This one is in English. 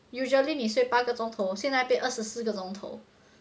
usually 你睡八个钟头现在变二十四个钟头